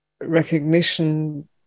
recognition